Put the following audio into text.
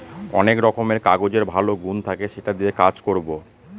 অনেক রকমের কাগজের ভালো গুন থাকে সেটা দিয়ে কাজ করবো